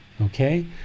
Okay